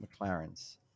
McLarens